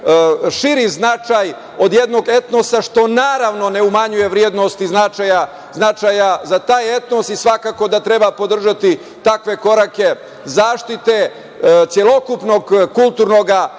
širi značaj od jednog etnosa, što naravno ne umanjuje vrednost i značaj za taj etnos, i svakako da treba podržati takve korake zaštite celokupnog kulturnog